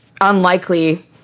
unlikely—